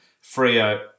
Frio